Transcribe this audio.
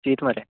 चीत मरे